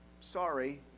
sorry